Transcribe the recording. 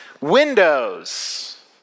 Windows